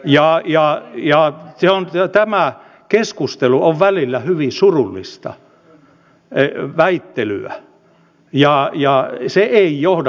jaa jaa jaa tilan työ tämä keskustelu on välillä hyvin surullista väittelyä ja se ei johda tulokseen